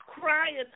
crying